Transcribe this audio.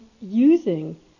using